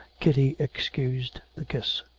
kitty excused the kiss.